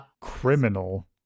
criminal